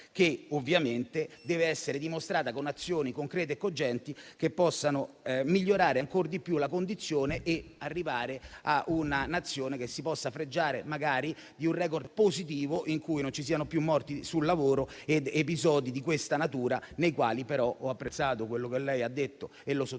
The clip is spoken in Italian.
che ovviamente deve essere dimostrata con azioni concrete e cogenti, che possano migliorare ancor di più le condizioni in essere per arrivare a una Nazione che si possa fregiare magari di un *record* positivo, in cui non ci siano più morti sul lavoro ed episodi di questa natura. Ho apprezzato quello che lei ha detto e sottolineo